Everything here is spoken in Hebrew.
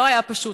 לא היה פשוט.